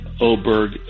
Oberg